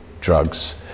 drugs